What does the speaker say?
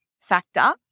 factor